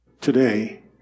today